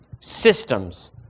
systems